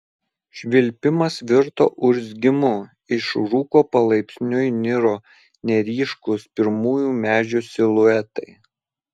švilpimas virto urzgimu iš rūko palaipsniui niro neryškūs pirmųjų medžių siluetai